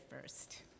first